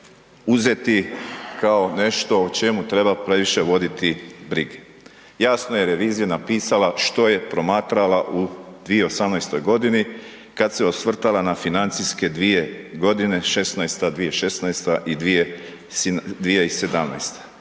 uzeti kao nešto o čemu treba previše voditi brige. Jasno je revizija napisala što je promatrala u 2018. godini, kad se osvrtala na financijske dvije godine, 2016. i 2017.